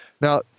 Now